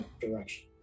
direction